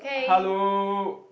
hello